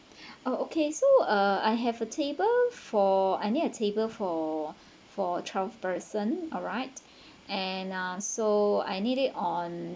oh okay so uh I have a table for I need a table for for twelve person alright and uh so I need it on